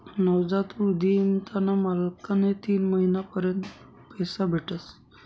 नवजात उधिमताना मालकले तीन महिना पर्यंत पैसा भेटस